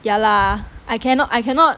ya lah I cannot I cannot